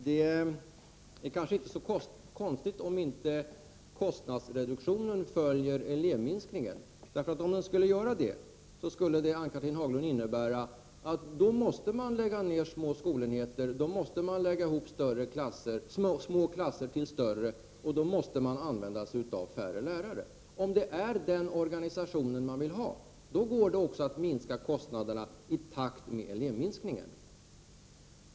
Fru talman! Det är kanske inte så konstigt om kostnadsreduktionen inte följer elevminskningen. Om den skulle göra det skulle det, Ann-Cathrine Haglund, innebära att små skolenheter måste läggas ned, att små klasser måste slås ihop till större klasser och att färre lärare måste användas. Om det är denna organisation man vill ha går det att minska kostnaderna i takt med elevminskningen.